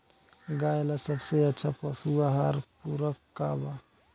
गाय ला सबसे अच्छा पशु आहार पूरक का बा?